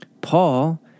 Paul